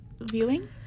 viewing